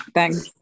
Thanks